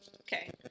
Okay